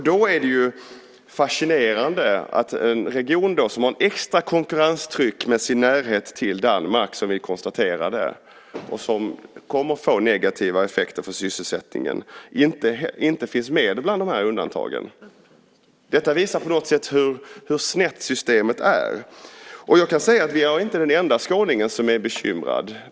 Då är det fascinerande att en region som har ett extra konkurrenstryck med sin närhet till Danmark, som vi konstaterade, och som kommer att få negativa effekter på sysselsättningen inte finns med bland de här undantagen. Det här visar hur snett systemet är. Jag är inte den enda skåningen som är bekymrad.